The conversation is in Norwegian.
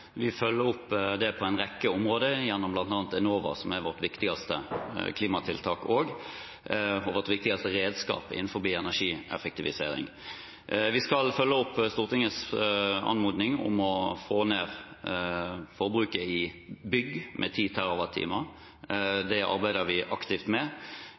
Vi følger opp det på en rekke områder, gjennom bl.a. Enova, som er vårt viktigste klimatiltak og vårt viktigste redskap innen energieffektivisering. Vi skal følge opp Stortingets anmodning om å få ned forbruket i bygg med 10 TWh. Det arbeider vi aktivt med.